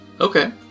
Okay